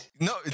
no